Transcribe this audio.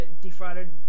defrauded